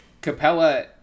Capella